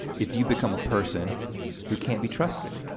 if you become a person who can't be trusted?